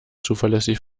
zuverlässig